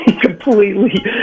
completely